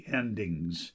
endings